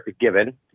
given